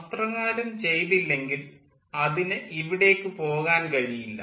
അപ്രകാരം ചെയ്തില്ലെങ്കിൽ അതിന് ഇവിടേക്കു പോകാൻ കഴിയില്ല